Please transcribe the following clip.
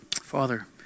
Father